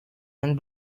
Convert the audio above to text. and